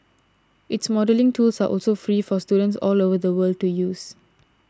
its modelling tools are also free for students all over the world to use